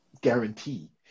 guarantee